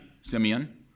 Simeon